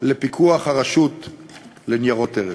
לפיקוח הרשות לניירות ערך.